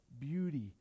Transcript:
beauty